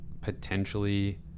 potentially